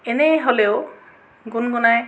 এনেই হ'লেও গুণগুণাই